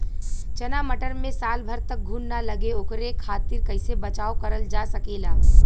चना मटर मे साल भर तक घून ना लगे ओकरे खातीर कइसे बचाव करल जा सकेला?